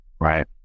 Right